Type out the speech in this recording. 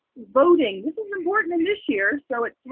voting. this is important in this year. so it